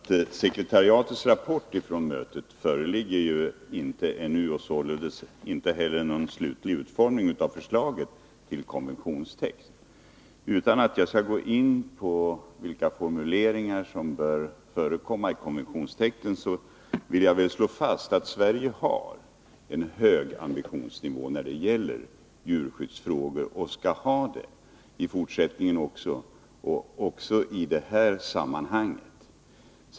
Fru talman! Jag vill först och främst säga att sekretariatets rapport från mötet ännu inte föreligger och således inte heller någon slutlig utformning av förslaget till konventionstext. Utan att gå in på vilka formuleringar som bör förekomma i konventionstexten vill jag slå fast att Sverige har en hög ambitionsnivå när det gäller djurskyddsfrågor, och vi skall ha det i fortsättningen också. Detta gäller även i detta sammanhang.